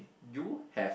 you have